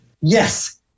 Yes